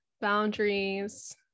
boundaries